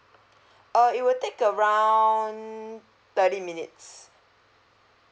uh it will take around thirty minutes